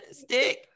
stick